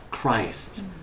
Christ